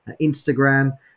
Instagram